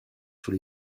sous